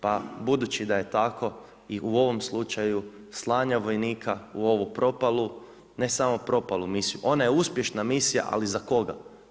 Pa budući da je tako i u ovom slučaju slanja vojnika u ovu propalu, ne samo propalu misiju, ona je uspješna misija ali za koga?